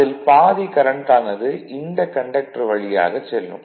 அதில் பாதி கரண்ட் ஆனது இந்த கண்டக்டர் வழியாகச் செல்லும்